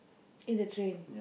in the train